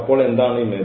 അപ്പോൾ എന്താണ് Im